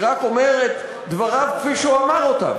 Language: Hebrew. אני רק אומר את דבריו כפי שהוא אמר אותם.